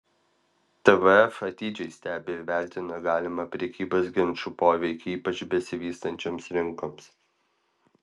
tvf atidžiai stebi ir vertina galimą prekybos ginčų poveikį ypač besivystančioms rinkoms